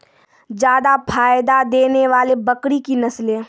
जादा फायदा देने वाले बकरी की नसले?